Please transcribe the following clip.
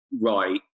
right